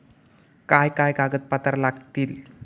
काय काय कागदपत्रा लागतील?